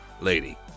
lady